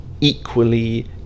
equally